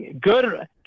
good